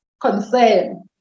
concern